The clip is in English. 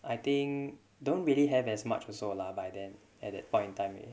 I think don't really have as much also lah by then at that point in time already